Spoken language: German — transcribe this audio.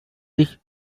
ich